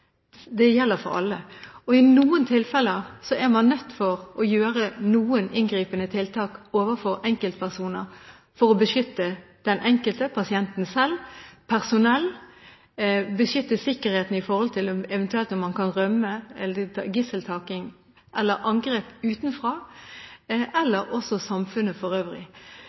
Det gjelder for alle. I noen tilfeller er man nødt til å gjøre noen inngripende tiltak overfor enkeltpersoner for å beskytte den enkelte, pasienten selv eller personell, og for å ivareta sikkerheten med tanke på rømning, gisseltaking eller angrep utenfra, og også med tanke på samfunnet for øvrig.